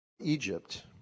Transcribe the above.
Egypt